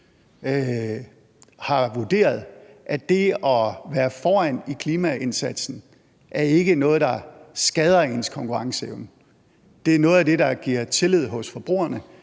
har vurderet, at det at være foran i klimaindsatsen ikke er noget, der skader ens konkurrenceevne. Det er noget af det, der giver tillid hos forbrugerne.